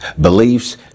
Beliefs